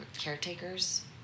caretakers